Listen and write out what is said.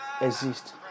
exist